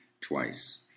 twice